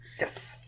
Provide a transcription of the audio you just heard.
Yes